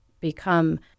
become